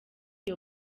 iyo